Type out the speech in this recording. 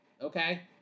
Okay